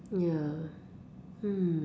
ya mm